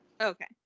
okay